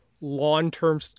long-term